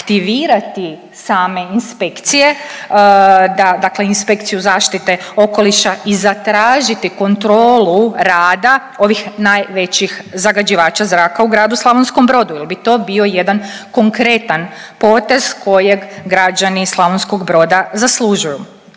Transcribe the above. aktivirati same inspekcije, dakle Inspekciju zaštite okoliša i zatražiti kontrolu rada ovih najvećih zagađivača zraka u gradu Slavonskom Brodu jer bi to bio jedan konkretan potez kojeg građani Slavonskog Broda zaslužuju.